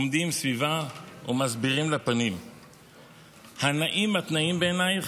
עומדים סביבה ומסבירים לה פנים: הנאים התנאים בעיניך?